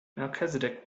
melchizedek